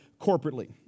corporately